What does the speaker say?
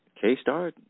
K-Star